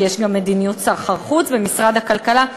כי יש גם מדיניות סחר חוץ במשרד הכלכלה.